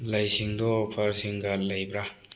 ꯂꯩꯁꯤꯡꯗꯨ ꯑꯣꯐꯔꯁꯤꯡꯒ ꯂꯩꯕ꯭ꯔꯥ